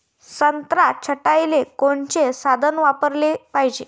संत्रा छटाईले कोनचे साधन वापराले पाहिजे?